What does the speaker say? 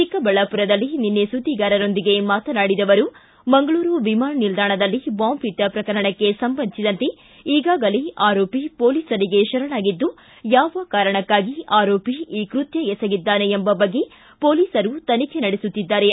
ಚಿಕ್ಕಬಳ್ಳಾಮರದಲ್ಲಿ ನಿನ್ನೆ ಸುದ್ದಿಗಾರರೊಂದಿಗೆ ಮಾತನಾಡಿದ ಅವರು ಮಂಗಳೂರು ವಿಮಾನ ನಿಲ್ದಾಣದಲ್ಲಿ ಬಾಂಬ್ ಇಟ್ಟ ಪ್ರಕರಣಕ್ಕೆ ಸಂಬಂಧಿಸಿದಂತೆ ಈಗಾಗಲೇ ಆರೋಪಿ ಮೊಲೀಸರಿಗೆ ಶರಣಾಗಿದ್ದು ಯಾವ ಕಾರಣಕ್ಕಾಗಿ ಆರೋಪಿ ಈ ಕೃತ್ತ ಎಸಗಿದ್ದಾನೆ ಎಂಬ ಬಗ್ಗೆ ಮೊಲೀಸರು ತನಿಖೆ ನಡೆಸುತ್ತಿದ್ದಾರೆ